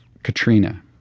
Katrina